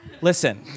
Listen